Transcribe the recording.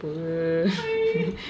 apa